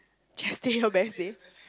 chest day your best day